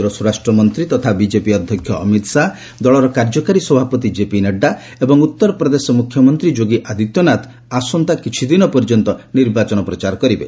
କେନ୍ଦ୍ର ସ୍ୱରାଷ୍ଟ୍ର ମନ୍ତ୍ରୀ ତଥା ବିଜେପି ଅଧ୍ୟକ୍ଷ ଅମିତ୍ ଶାହା ଦଳର କାର୍ଯ୍ୟକାରୀ ସଭାପତି ଜେପି ନଡ୍ଜଡ଼ା ଏବଂ ଉତ୍ତର ପ୍ରଦେଶ ମୁଖ୍ୟମନ୍ତ୍ରୀ ଯୋଗୀ ଆଦିତ୍ୟନାଥ ଆସନ୍ତା କିଛିଦିନ ଯାଏଁ ନିର୍ବାଚନ ପ୍ରଚାର କରିବେ